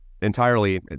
entirely